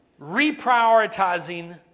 reprioritizing